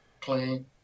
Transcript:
clean